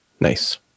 Nice